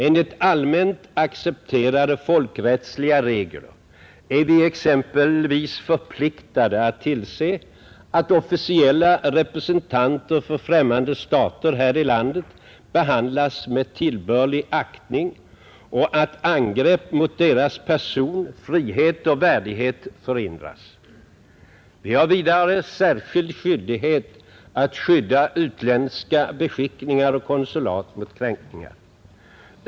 Enligt allmänt accepterade folkrättsliga regler är vi exempelvis förpliktade att tillse att officiella representanter för främmande stater här i landet behandlas med tillbörlig aktning och att angrepp mot deras person, frihet och värdighet förhindras. Vi har vidare särskild skyldighet att skydda utländska beskickningar och konsulat mot kränkningar.